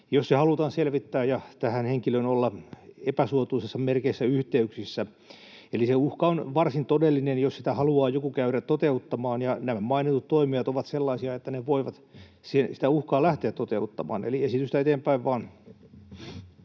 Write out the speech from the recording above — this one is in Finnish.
jos se halutaan selvittää ja tähän henkilöön olla epäsuotuisissa merkeissä yhteyksissä. Eli se uhka on varsin todellinen, jos sitä haluaa joku käydä toteuttamaan, ja nämä mainitut toimijat ovat sellaisia, että he voivat sitä uhkaa lähteä toteuttamaan. Eli esitystä eteenpäin vaan.